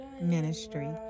ministry